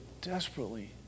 desperately